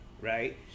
Right